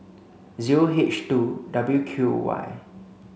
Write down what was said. zero H two W Q Y